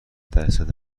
درصد